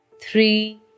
three